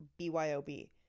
BYOB